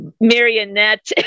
marionette